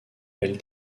elle